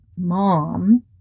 mom